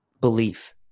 belief